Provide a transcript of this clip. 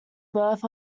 birth